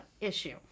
issue